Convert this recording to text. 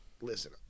Listen